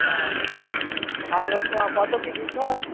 হ্যাঁ আর কত কী দিতে হয়